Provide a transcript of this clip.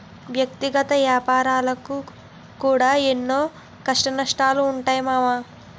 వ్యక్తిగత ఏపారాలకు కూడా ఎన్నో కష్టనష్టాలుంటయ్ మామా